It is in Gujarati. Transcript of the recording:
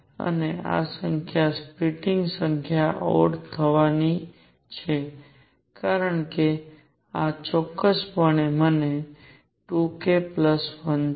અને આ સંખ્યા સ્પ્લિટિંગ સંખ્યા ઓડ થવા ની છે કારણ કે આ ચોક્કસ પણે 2 k 1 છે